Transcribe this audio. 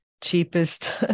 cheapest